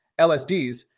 LSDs